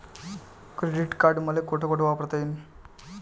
Credit card मले कोठ कोठ वापरता येईन?